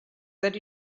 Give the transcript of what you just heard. that